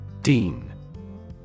Dean